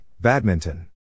Badminton